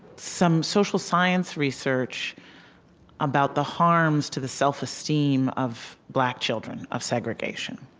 some social science research about the harms to the self-esteem of black children, of segregation